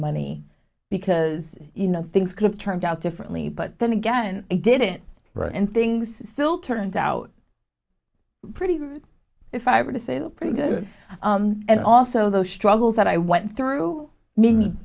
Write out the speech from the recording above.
money because you know things could've turned out differently but then again i did it right and things still turned out pretty good if i were to say look pretty good and also those struggles that i went through m